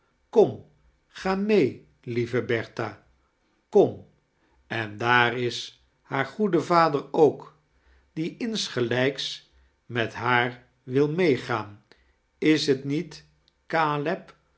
kom ga mee lieve bertha kom en daar is haar goede vader ook die insgelijka met haar wil meegaan is t niet